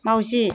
माउजि